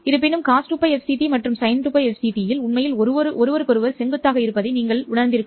இருப்பினும் Cos 2Лfct மற்றும் sin 2Лfct உண்மையில் ஒருவருக்கொருவர் செங்குத்தாக இருப்பதை நீங்கள் உணர்ந்தால்